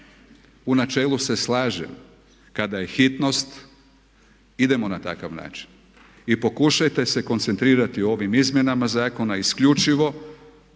U načelu se slažem kada je hitnost idemo na takav način. I pokušajte se koncentrirati u ovim izmjenama zakona isključivo